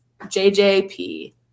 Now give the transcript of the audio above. JJP